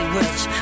rich